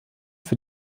für